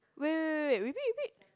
wait wait wait wait repeat repeat